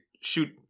shoot